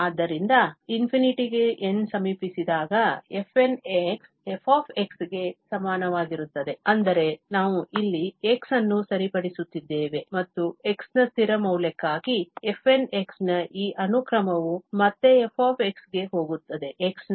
ಆದ್ದರಿಂದ ∞ ಗೆ n ಸಮೀಪಿಸಿದಾಗ fn f ಗೆ ಸಮಾನವಾಗಿರುತ್ತದೆ ಅಂದರೆ ನಾವು ಇಲ್ಲಿ x ಅನ್ನು ಸರಿಪಡಿಸುತ್ತಿದ್ದೇವೆ ಮತ್ತು x ನ ಸ್ಥಿರ ಮೌಲ್ಯಕ್ಕಾಗಿ fn ನ ಈ ಅನುಕ್ರಮವು ಮತ್ತೆ f ಗೆ ಹೋಗುತ್ತದೆ